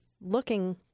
looking